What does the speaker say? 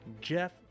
Jeff